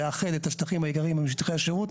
לאחד את השטחים העיקריים עם שטחי השירות,